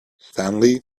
stanley